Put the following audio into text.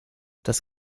das